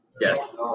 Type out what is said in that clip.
Yes